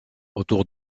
autour